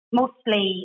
mostly